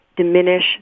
diminish